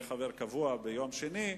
ואהיה חבר קבוע ביום שני.